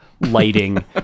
lighting